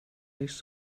nicht